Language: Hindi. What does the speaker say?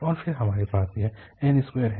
और फिर हमारे पास यह n2 है